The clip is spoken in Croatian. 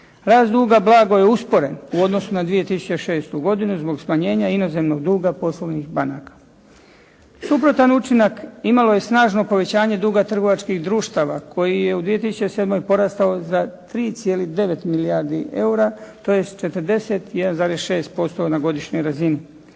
blago je usporen u odnosu na 2006. godinu zbog smanjenja inozemnog duga poslovnih banaka. Suprotan učinak imalo je snažno povećanje duga trgovačkih društava koji je u 2007. porastao za 3,9 milijardi eura, tj. 41,6% na godišnjoj razini.